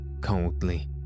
coldly